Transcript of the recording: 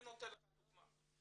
אני נותן לך דוגמה,